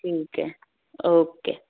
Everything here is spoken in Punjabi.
ਠੀਕ ਹੈ ਓਕੇ